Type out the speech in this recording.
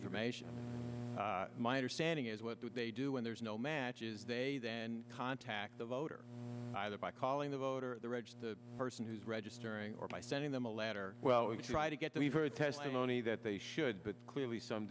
information my understanding is what do they do when there's no matches they then contact the voter either by calling the voter the register the person who's registering or by sending them a letter well we try to get them we've heard testimony that they should but clearly some